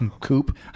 Coop